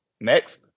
Next